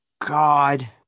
God